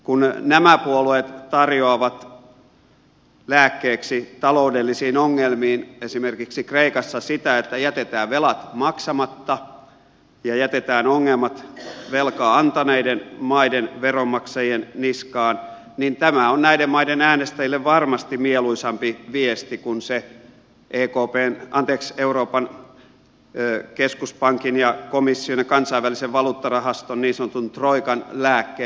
kun nämä puolueet tarjoavat lääkkeeksi taloudellisiin ongelmiin esimerkiksi kreikassa sitä että jätetään velat maksamatta ja jätetään ongelmat velkaa antaneiden maiden veronmaksajien niskaan niin tämä on näiden maiden äänestäjille varmasti mieluisampi viesti kuin euroopan keskuspankin komission ja kansainvälisen valuuttarahaston niin sanotun troikan lääkkeet